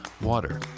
Water